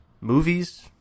movies